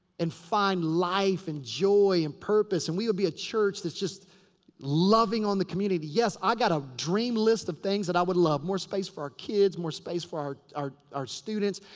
and find life and joy and purpose. and we would be a church that's just loving on the community. yes, i got a dream list of things that i would love. more space for our kids. more space for our our students.